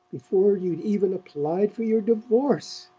before you'd even applied for your divorce!